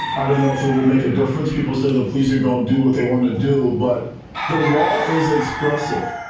i don't know if it would make a difference. people say the police are gonna do what they want to do. but the law is expressive.